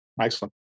Excellent